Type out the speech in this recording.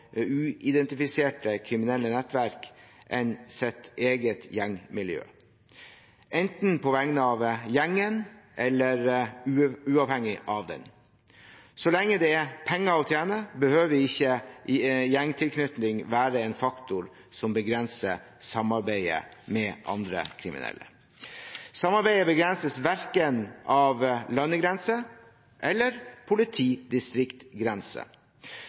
uidentifiserte kriminelle nettverk enn sitt eget gjengmiljø, enten på vegne av gjengen eller uavhengig av den. Så lenge det er penger å tjene, behøver ikke gjengtilknytning være en faktor som begrenser samarbeidet med andre kriminelle. Samarbeidet begrenses verken av landegrenser eller